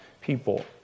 people